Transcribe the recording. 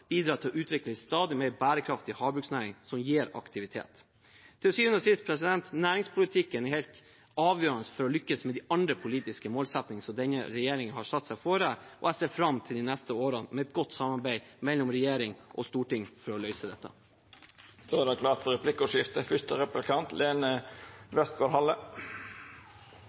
bidra til å utvikle en stadig mer bærekraftig havbruksnæring som gir aktivitet. Til syvende og sist: Næringspolitikken er helt avgjørende for å lykkes med de andre politiske målsettingene denne regjeringen har satt seg fore. Jeg ser fram til de neste årene med et godt samarbeid mellom regjering og storting for å løse dette. Det vert replikkordskifte. Jeg syntes det